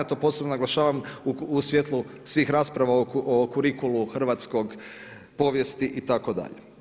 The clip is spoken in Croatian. To posebno naglašavam u svjetlu svih rasprava o kurikulu hrvatskog, povijesti itd.